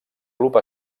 club